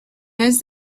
less